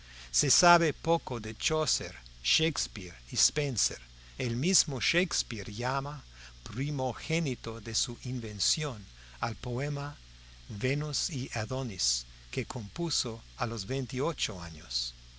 se sabe poco de chaucer shakespeare y spencer el mismo shakespeare llama primogénito de su invención al poema venus y adonis que compuso a los veintiocho años